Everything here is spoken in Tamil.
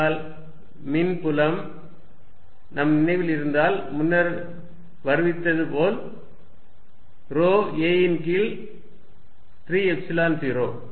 ஆகையால் மின்புலம் நாம் நினைவில் இருந்தால் முன்னர் வருவித்தது போல் ρ a ன் கீழ் 3 எப்சிலன் 0